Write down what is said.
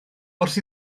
wrth